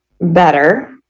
better